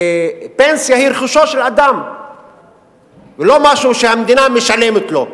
שהפנסיה היא רכושו של אדם ולא משהו שהמדינה משלמת לו.